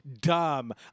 dumb